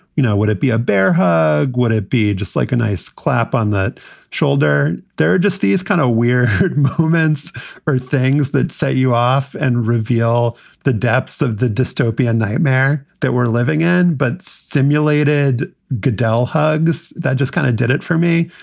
you know, would it be a bear? would it be just like a nice clap on that shoulder? there are just these kind of weird moments or things that set you off and reveal the depth of the dystopian nightmare that we're living in. but simulated goodell hugs that just kind of did it for me,